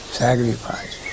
sacrifice